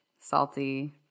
salty